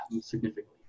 significantly